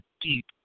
deep